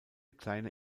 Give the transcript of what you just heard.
kleine